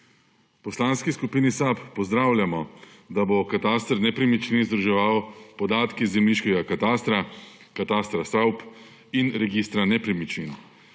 Poslanski skupini SAB pozdravljamo, da bo kataster nepremičnin združeval podatke iz zemljiškega katastra, katastra stavb in registra nepremičnin;